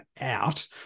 out